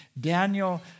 Daniel